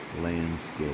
landscape